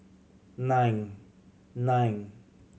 nine nine